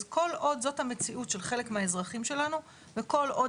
אז כל עוד זאת המציאות של חלק מהאזרחים שלנו וכל עוד